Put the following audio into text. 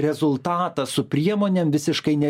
rezultatą su priemonėm visiškai ne